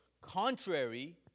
contrary